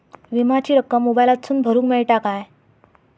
विमाची रक्कम मोबाईलातसून भरुक मेळता काय?